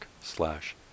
slash